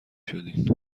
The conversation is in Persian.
شدین